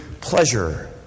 pleasure